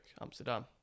Amsterdam